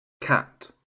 cat